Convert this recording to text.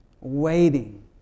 waiting